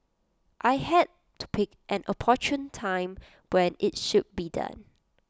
I had to pick an opportune time when IT should be done